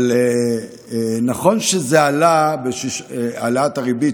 נכון שהעלאת הריבית,